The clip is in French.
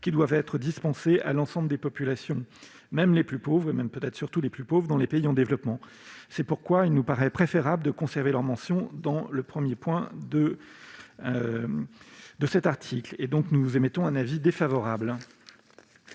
qui doivent être dispensés à l'ensemble des populations, même aux plus pauvres, et peut-être surtout à ces derniers, dans les pays en développement. C'est pourquoi il nous paraît préférable de conserver leur mention dans le 1°. Par conséquent, la commission émet un avis défavorable